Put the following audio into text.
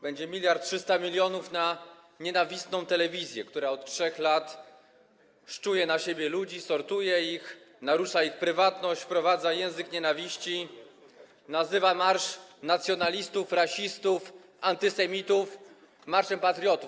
Będzie 1300 mln na nienawistną telewizję, która od 3 lat szczuje na siebie ludzi, sortuje ich, narusza ich prywatność, wprowadza język nienawiści, nazywa marsz nacjonalistów, rasistów, antysemitów marszem patriotów.